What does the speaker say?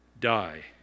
die